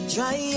Try